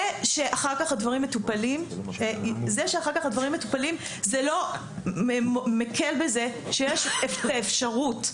זה שאחר כך הדברים מטופלים זה לא מקל בזה שיש את האפשרות,